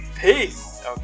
Peace